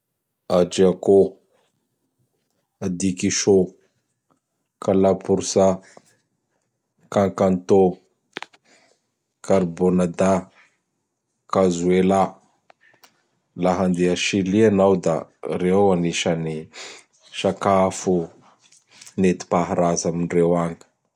Adriakô, Adikisô, Kalaporsa, Kankantô, Karbônada, Kazioela. Laha handeha a Sily anao da reo anisan'ny sakafo nentim-paharaza amindreo agny.